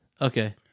Okay